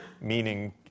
meaning